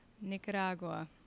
Nicaragua